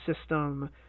system